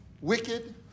wicked